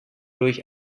durch